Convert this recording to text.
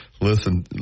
listen